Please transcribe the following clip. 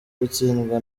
gutsindwa